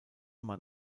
man